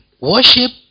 worship